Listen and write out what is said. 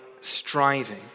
striving